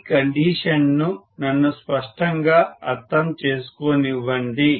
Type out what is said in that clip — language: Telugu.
ఈ కండిషన్ ను నన్ను స్పష్టంగా అర్థం చేసుకోనివ్వండి